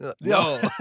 No